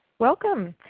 welcome.